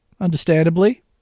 understandably